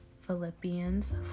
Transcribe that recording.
Philippians